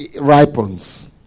ripens